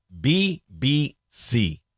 BBC